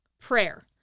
Prayer